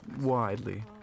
widely